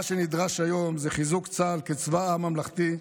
מה שנדרש היום זה חיזוק צה"ל כצבא עם ממלכתי,